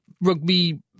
rugby